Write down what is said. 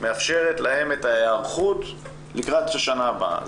מאפשרת להם את ההיערכות לקראת השנה הבאה.